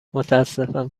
متأسفم